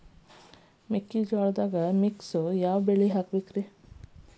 ಮೆಕ್ಕಿಜೋಳದಾಗಾ ಮಿಕ್ಸ್ ಯಾವ ಬೆಳಿ ಹಾಕಬೇಕ್ರಿ?